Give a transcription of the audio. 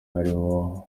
harimo